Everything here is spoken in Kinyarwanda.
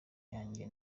yanjye